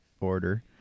order